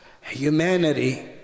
humanity